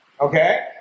Okay